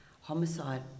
homicide